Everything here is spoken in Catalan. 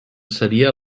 seria